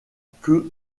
que